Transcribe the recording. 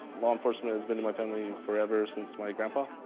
law enforcement has been in my family forever, since my grandpa.